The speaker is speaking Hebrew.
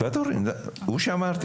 הוא שאמרתי.